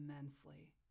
immensely